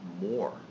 more